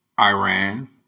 Iran